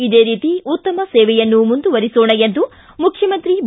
ಇದೇ ರೀತಿ ಉತ್ತಮ ಸೇವೆಯನ್ನು ಮುಂದುವರೆಸೋಣ ಎಂದು ಮುಖ್ಯಮಂತ್ರಿ ಬಿ